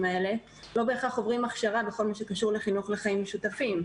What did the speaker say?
האלה לא בהכרח עוברים הכשרה בכל הקשור לחיים משותפים,